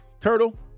Turtle